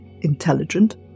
intelligent